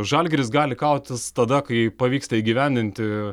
žalgiris gali kautis tada kai pavyksta įgyvendinti